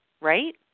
right